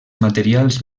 materials